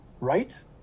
Right